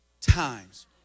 times